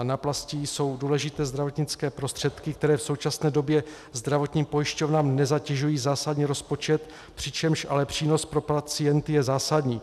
Náplasti jsou důležité zdravotnické prostředky, které v současné době zdravotním pojišťovnám nezatěžují zásadně rozpočet, přičemž ale přínos pro pacienty je zásadní.